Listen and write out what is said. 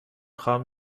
خواهم